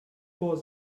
was